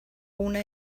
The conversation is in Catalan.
una